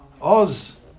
Oz